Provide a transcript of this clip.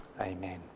amen